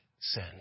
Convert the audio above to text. sin